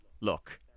look